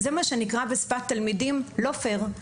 זה מה שנקרא בשפת תלמידים: לא פייר.